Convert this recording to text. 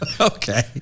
okay